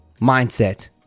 mindset